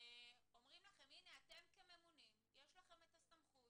אומרים לכם שכממונים יש לכם את הסמכות